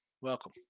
Welcome